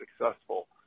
successful